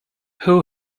who